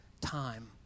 time